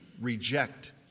reject